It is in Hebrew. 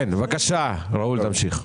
ראול, בבקשה, תמשיך.